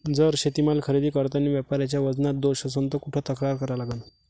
जर शेतीमाल खरेदी करतांनी व्यापाऱ्याच्या वजनात दोष असन त कुठ तक्रार करा लागन?